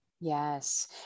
Yes